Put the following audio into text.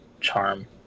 charm